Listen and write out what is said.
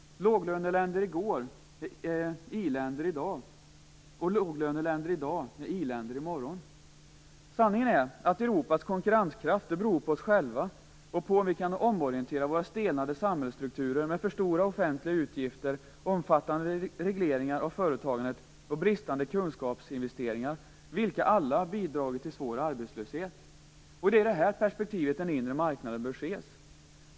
Låglöneländer i går är i-länder i dag. Låglöneländer i dag är i-länder i morgon. Sanningen är att Europas konkurrenskraft beror på oss själva och på om vi kan omorientera våra stelnade samhällsstrukturer med för stora offentliga utgifter, omfattande regleringar av företagandet och bristande kunskapsinvesteringar vilka alla bidragit till svår arbetslöshet. Det är i det här perspektivet den inre marknaden bör ses.